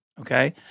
Okay